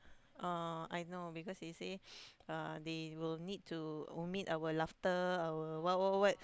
oh I know because they say uh they will need to omit our laughter our what what what